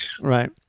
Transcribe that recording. Right